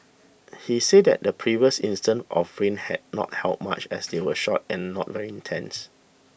he said that the previous instances of rain had not helped much as they were short and not very intense